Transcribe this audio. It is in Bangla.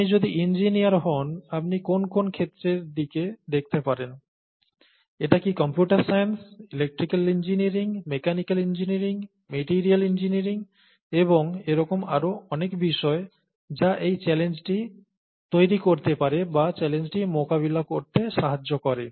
আপনি যদি ইঞ্জিনিয়ার হন আপনি কোন কোন ক্ষেত্রের দিকে দেখতে পারেন এটা কি computer science electrical engineering mechanical engineering material engineering এবং এরকম আরও অনেক বিষয় যা এই চ্যালেঞ্জটি তৈরি করতে পারে বা চ্যালেঞ্জটি মোকাবিলা করতে সাহায্য করে